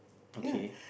okay